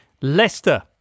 Leicester